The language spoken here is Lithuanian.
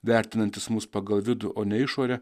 vertinantis mus pagal vidų o ne išorę